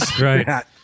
Right